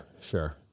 Sure